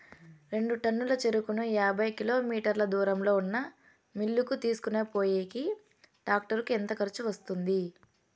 రెండు టన్నుల చెరుకును యాభై కిలోమీటర్ల దూరంలో ఉన్న మిల్లు కు తీసుకొనిపోయేకి టాక్టర్ కు ఎంత ఖర్చు వస్తుంది?